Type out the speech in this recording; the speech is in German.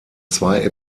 zwei